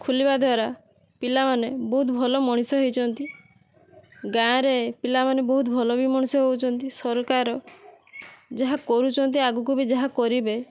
ଖୋଲିବା ଦ୍ଵାରା ପିଲାମାନେ ବହୁତ ଭଲ ମଣିଷ ହେଇଛନ୍ତି ଗାଁରେ ପିଲାମାନେ ବହୁତ ଭଲ ବି ମଣିଷ ହଉଛନ୍ତି ସରକାର ଯାହା କରୁଛନ୍ତି ଆଗକୁ ବି ଯାହା କରିବେ